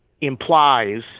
implies